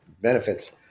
benefits